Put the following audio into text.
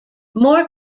more